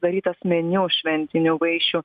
sudarytas meniu šventinių vaišių